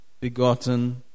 begotten